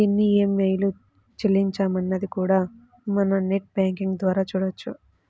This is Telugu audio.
ఎన్ని ఈఎంఐలు చెల్లించామన్నది కూడా మనం నెట్ బ్యేంకింగ్ ద్వారా చూడొచ్చు